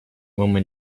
woman